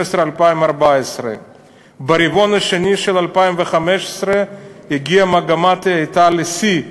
2014. ברבעון השני של 2015 הגיעה מגמת ההאטה לשיאה,